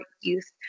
youth